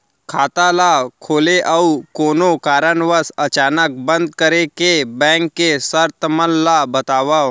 खाता ला खोले अऊ कोनो कारनवश अचानक बंद करे के, बैंक के शर्त मन ला बतावव